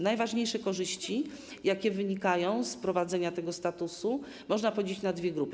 Najważniejsze korzyści, jakie wynikają z wprowadzenia tego statusu, można podzielić na dwie grupy.